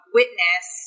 witness